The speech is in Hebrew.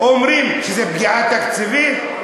אומרים שזה פגיעה תקציבית,